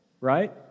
right